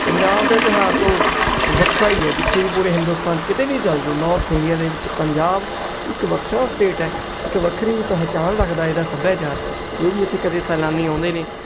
ਪੰਜਾਬ ਦਾ ਤਿਉਹਾਰ ਤੋ ਵੱਖਰਾ ਹੀ ਹੈ ਜਿੱਥੇ ਵੀ ਪੂਰੇ ਹਿੰਦੁਸਤਾਨ 'ਚ ਕਿਤੇ ਵੀ ਚੱਲ ਜਾਓ ਨੌਰਥ ਇੰਡੀਆ ਦੇ ਵਿੱਚ ਪੰਜਾਬ ਇੱਕ ਵੱਖਰਾ ਸਟੇਟ ਹੈ ਇੱਕ ਵੱਖਰੀ ਪਹਿਚਾਣ ਰੱਖਦਾ ਇਹਦਾ ਸੱਭਿਆਚਾਰ ਜੋ ਵੀ ਇੱਥੇ ਕਦੇ ਸੈਲਾਨੀ ਆਉਂਦੇ ਨੇ